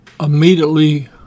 Immediately